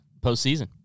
postseason